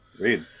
Read